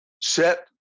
set